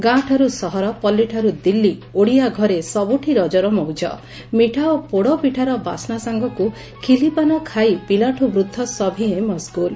ଗାଁ ଠାରୁ ସହର ପଲ୍ଲୀଠାରୁ ଦିଲ୍ଲୀ ଓଡ଼ିଆ ଘରେ ସବୁଠି ରଜର ମଉଜ ମିଠା ଓ ପୋଡ଼ପିଠାର ବାସ୍ନା ସାଙ୍ଗକୁ ଖିଲିପାନ ଖାଇ ପିଲାଠୁ ବୃଦ୍ଧ ସଭିଏଁ ମସଗୁଲ